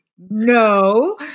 no